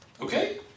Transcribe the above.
okay